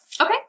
Okay